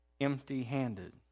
empty-handed